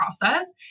process